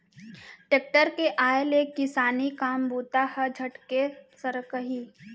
tractor के आय ले किसानी काम बूता ह झटके सरकही